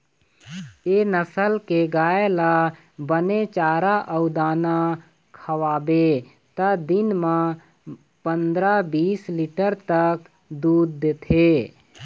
ए नसल के गाय ल बने चारा अउ दाना खवाबे त दिन म पंदरा, बीस लीटर तक दूद देथे